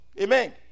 Amen